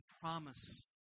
promise